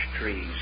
trees